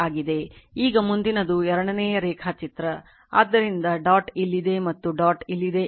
ಈಗ ಮುಂದಿನದು ಎರಡನೆಯ ರೇಖಾಚಿತ್ರ ಆದ್ದರಿಂದ ಡಾಟ್ ಇಲ್ಲಿದೆ ಮತ್ತು ಡಾಟ್ ಇಲ್ಲಿದೆ ಎಂದು ಭಾವಿಸೋಣ